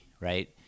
right